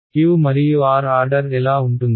q మరియు r order ఎలా ఉంటుంది